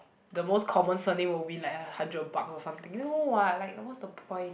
the most common surname will win like a hundred bucks or something no [what] like what's the point